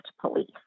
police